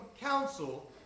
council